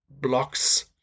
blocks